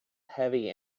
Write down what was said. heavy